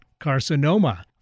carcinoma